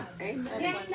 Amen